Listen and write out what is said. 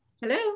Hello